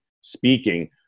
speaking